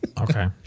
Okay